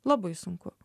labai sunku